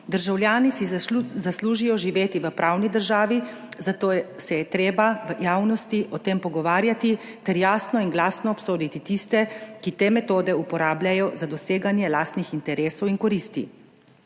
Državljani si zaslužijo živeti v pravni državi, zato se je treba v javnosti o tem pogovarjati ter jasno in glasno obsoditi tiste, ki te metode uporabljajo za doseganje lastnih interesov in koristi.